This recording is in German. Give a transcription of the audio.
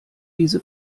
diese